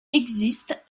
existe